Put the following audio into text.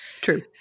True